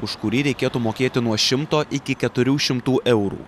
už kurį reikėtų mokėti nuo šimto iki keturių šimtų eurų